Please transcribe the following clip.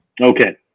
Okay